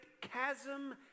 chasm